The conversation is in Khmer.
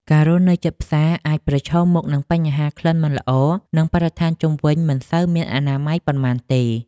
ការរស់នៅជិតផ្សារអាចប្រឈមមុខនឹងបញ្ហាក្លិនមិនល្អ និងបរិស្ថានជុំវិញមិនសូវមានអនាម័យប៉ុន្មានទេ។